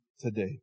today